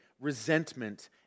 resentment